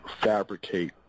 fabricate